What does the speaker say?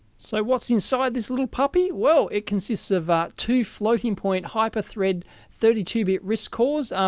so what's inside this little puppy? well, it consists of ah two floating point hyperthread thirty two bit risc cores.